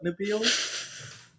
Nabil